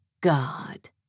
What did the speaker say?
God